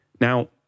Now